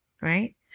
right